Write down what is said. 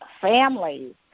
families